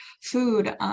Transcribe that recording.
food